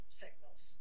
signals